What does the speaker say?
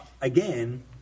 Again